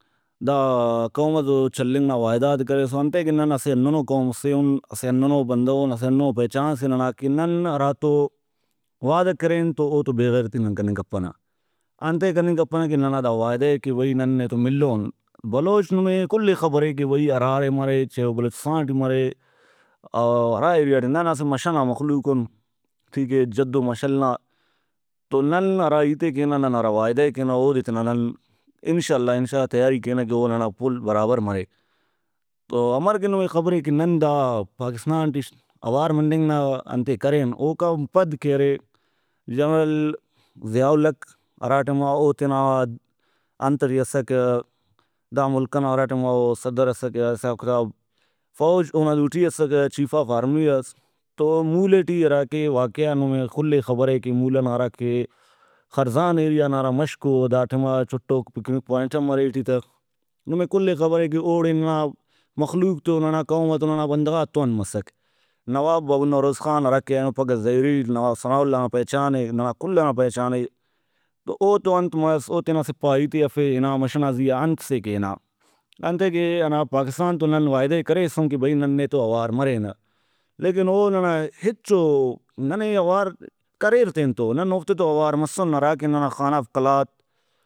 دا قوم تو چلینگ نا وعدہ غاتے کریسو انتئے کہ نن اسہ ہندنو قوم سے اُن اسہ ہندنو بندغُن اسہ ہندنو پہچان سے ننا کہ نن ہرا تو وعدہ کرین تو او تو بے غیرتی نن کننگ کپنہ انتئے کننگ کپنہ کہ ننا دا وعدہ اے کہ بھئی نن نے تو ملون بلوچ نمے کلے خبرے کہ بھئی ہراڑے مرے چائے او بلوچستان ٹی مرے او ہرا ایریاٹی نن اسہ مَش ئنا مخلوق اُن ٹھیک اے جد ؤ مشل نا تو نن ہرا ہیتے کینہ نن ہرا وعدہ ئے کینہ اودے تینا نن ان شاءللہ ان شاءللہ تیاری کینہ کہ اوننا پھل برابر مرے۔ تو امر کہ نمے خبرے کہ نن دا پاکستا ن ٹی اوار مننگ نا انتے کرین اوکان پد کہ ارے جنرل ضیاء الحق ہرا ٹائما او تینا انت ٹی اسکہ دا ملک او ہرا ٹائما او صدراسکہ حساب کتاب فوج اونا دوٹی اسکہ چیف آف آرمی اس تو مولہ ٹی ہراکہ واقعہ نمے کُلےخبرے کہ مولہ نا ہراکہ خرزان ایریا نا ہرا مَشکو او دا ٹائما چُٹوک پکنک پوائنٹ ہم ارے ٹی تہ نمے کُلے خبرے کہ اوڑے ننا مخلوق تو ننا قوم تو ننا بندغاتو انت مسک۔ نواب بابو نوروز خان ہراکہ اینو پھگہ زہری نواب ثناءاللہ نا پہچانے ننا کل ئنا پہچانے تو اوتو انت مس او تینا سپاہی تے ہرفے ہنا مَش ئنا زیہا انت سے کہ ہنا انتئے کہ ہنا پاکستان تو نن وعدہ ئے کریسُن کہ بھئی نن نے تو اوار مرینہ لیکن او ننا ہچو ننے اوار کریر تینتو نن اوفتے تو اوار مسُن ہراکہ ننا خان آف قلات